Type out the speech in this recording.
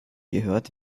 gehört